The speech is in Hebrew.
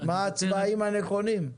מה הצבעים הנכונים.